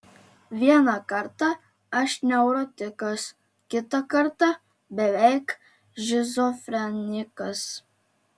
vieną kartą aš neurotikas kitą kartą beveik šizofrenikas